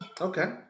okay